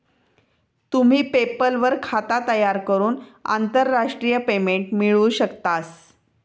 तुम्ही पेपल वर खाता तयार करून आंतरराष्ट्रीय पेमेंट मिळवू शकतास